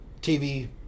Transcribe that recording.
TV